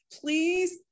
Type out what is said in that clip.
Please